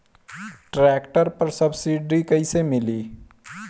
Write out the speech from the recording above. Tractor पर subsidy कैसे मिली?